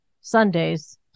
Sundays